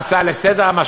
בהצעה לסדר-היום,